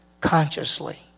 consciously